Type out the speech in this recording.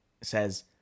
says